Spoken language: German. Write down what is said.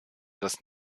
das